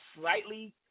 slightly –